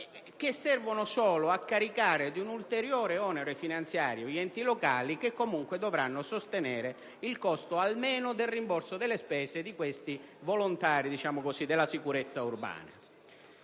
che servono solo a caricare di un ulteriore onere finanziario gli enti locali i quali, comunque, dovranno sostenere almeno il costo del rimborso delle spese di questi cosiddetti volontari della sicurezza urbana.